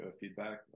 feedback